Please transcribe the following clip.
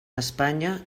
espanya